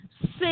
six